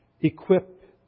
equip